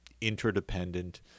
interdependent